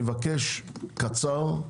אבקש קצר.